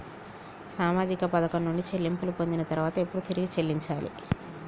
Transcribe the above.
సామాజిక పథకం నుండి చెల్లింపులు పొందిన తర్వాత ఎప్పుడు తిరిగి చెల్లించాలి?